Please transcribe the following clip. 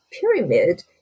pyramid